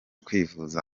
kwivuza